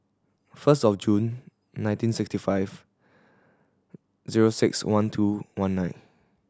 first of June nineteen sixty five zero six one two one nine